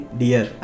dear